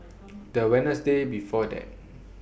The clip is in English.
The Wednesday before that